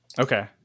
Okay